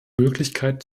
möglichkeit